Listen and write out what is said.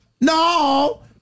no